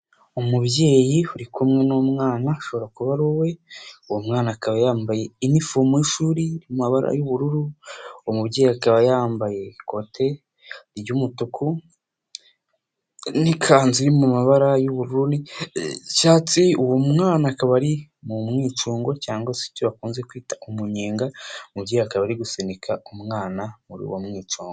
Umubyeyi uri kumwe we n'umwana ashobora kuba ari uwe, uwo mwana akaba yambaye inifomu y'ishuri iri mu mabara y'ubururu, umubyeyi akaba yambaye ikote ry'umutuku n'ikanzu iri mu mabara y'ubururu n'icyatsi, uwo mwana akaba ari mu mwicungo cyangwa se bakunze kwita umunyenga, umubyeyi akaba ari gusunika umwana muri uwo mwicungo.